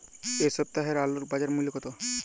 এ সপ্তাহের আলুর বাজার মূল্য কত?